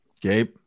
Gabe